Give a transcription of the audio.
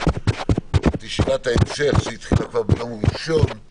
ישיבת המשך שהתחילה ביום ראשון,